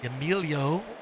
Emilio